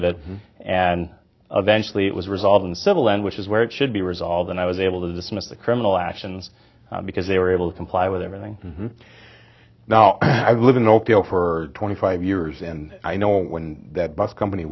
of it and of eventually it was resolved and civil and which is where it should be resolved and i was able to dismiss the criminal actions because they were able to comply with everything now i live in oakdale for twenty five years and i know when that bus company